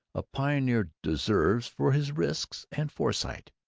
a pioneer deserves for his risks and foresight.